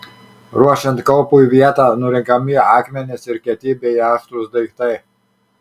ruošiant kaupui vietą nurenkami akmenys ir kieti bei aštrūs daiktai